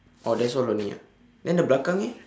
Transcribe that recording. oh that's all only ah then the belakang eh